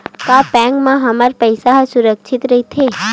का बैंक म हमर पईसा ह सुरक्षित राइथे?